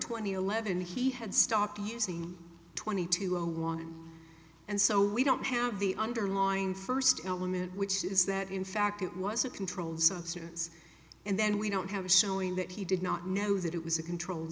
and eleven he had stopped using twenty two zero one and so we don't have the underlying first element which says that in fact it was a controlled substance and then we don't have a showing that he did not know that it was a controlled